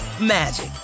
magic